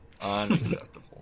Unacceptable